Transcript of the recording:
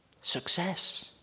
Success